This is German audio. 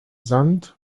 sand